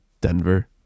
denver